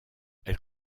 elle